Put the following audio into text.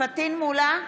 פטין מולא,